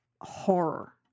horror